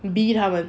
be 他们